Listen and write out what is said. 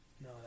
No